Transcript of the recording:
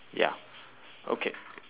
ya okay